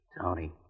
Tony